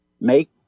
Make